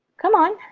come on!